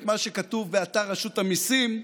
את מה שכתוב באתר רשות המיסים,